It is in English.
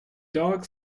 dog